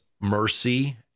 mercy